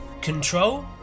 Control